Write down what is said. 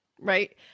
right